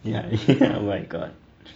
yeah oh my god